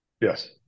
Yes